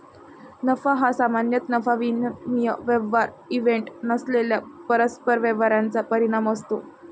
नफा हा सामान्यतः नफा विनिमय व्यवहार इव्हेंट नसलेल्या परस्पर व्यवहारांचा परिणाम असतो